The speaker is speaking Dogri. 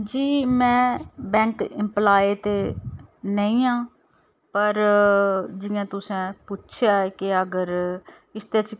जी मैं बैंक एम्प्लाय ते नेईं आं पर जियां तुसें पुच्छेआ ऐ के अगर इसदे च